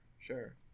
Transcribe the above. sure